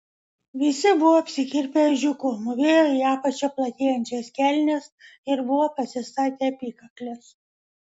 visi buvo apsikirpę ežiuku mūvėjo į apačią platėjančias kelnes ir buvo pasistatę apykakles